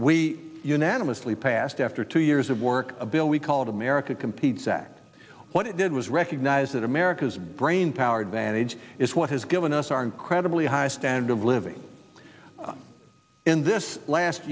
we unanimously passed after two years of work a bill we called america competes act what it did was recognize that america's brainpower advantage is what has given us our incredibly high standard of living in this last